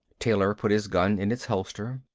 taylor put his gun in its holster.